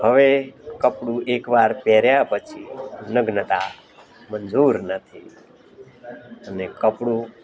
હવે કપડું એક વાર પહેર્યા પછી નગ્નતા મંજૂર નથી અને કપડું